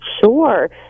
Sure